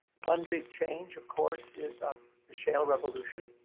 one big change, of course, is ah the shale revolution,